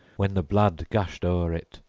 when the blood gushed o'er it,